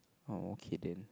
oh okay then